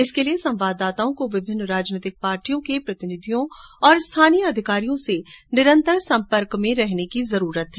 इसके लिए संवाददाताओं को विभिन्न राजनीतिक पार्टियों के प्रतिनिधियों और स्थानीय अधिकारियों से निरन्तर संपर्क में रहने की जरूरत है